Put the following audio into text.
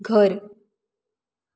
घर